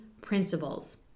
principles